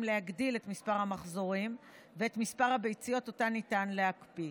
להגדיל את מספר המחזורים ואת מספר הביציות שאותן ניתן להקפיא,